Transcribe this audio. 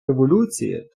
революції